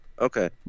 okay